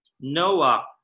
Noah